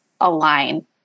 align